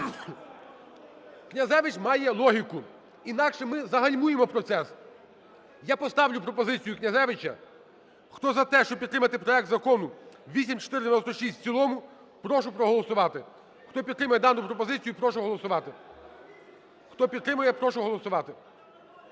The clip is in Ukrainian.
Князевич має логіку, інакше ми загальмуємо процес. Я поставлю пропозицію Князевича. Хто за те, щоб підтримати проект Закону 8496 в цілому, прошу проголосувати. Хто підтримує дану пропозицію я прошу голосувати, хто підтримує, я прошу голосувати.